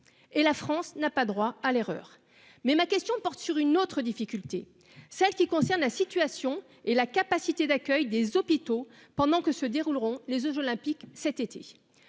Et la France n'a pas droit à l'erreur. Mais ma question porte sur une autre difficulté, celle qui concerne la situation et la capacité d'accueil des hôpitaux pendant que se dérouleront les Olympiques cet été.